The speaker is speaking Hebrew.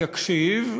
יקשיב,